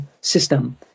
system